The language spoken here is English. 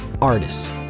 artists